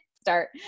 start